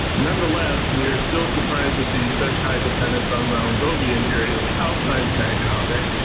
nonetheless, we're still surprised to see such high dependence on round goby in areas outside saginaw bay.